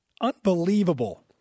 Unbelievable